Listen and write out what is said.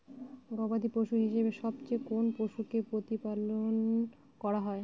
গবাদী পশু হিসেবে সবচেয়ে কোন পশুকে প্রতিপালন করা হয়?